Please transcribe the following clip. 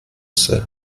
sehr